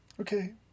Okay